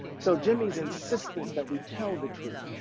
so, jimmy's insistence that we tell the truth